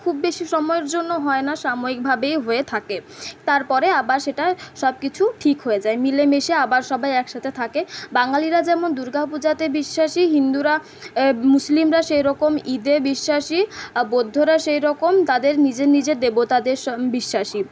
খুব বেশি সময়ের জন্য হয় না সাময়িকভাবেই হয়ে থাকে তারপরে আবার সেটা সবকিছু ঠিক হয়ে যায় মিলেমিশে আবার সবাই একসাথে থাকে বাঙালিরা যেমন দুর্গাপূজাতে বিশ্বাসী হিন্দুরা মুসলিমরা সেরকম ঈদে বিশ্বাসী আর বৌদ্ধরা সেরকম তাদের নিজের নিজের দেবতাদের স বিশ্বাসী